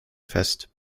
fest